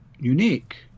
unique